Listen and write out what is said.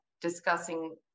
discussing